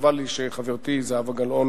חבל לי שחברתי זהבה גלאון